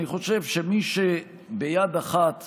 אני חושב שמי שביד אחת